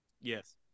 Yes